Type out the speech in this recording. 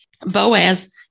Boaz